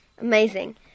Amazing